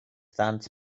ddant